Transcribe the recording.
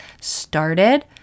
started